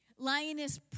Lioness